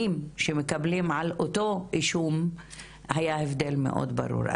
שמקבלים על אותו אישום היה הבדל מאוד ברור.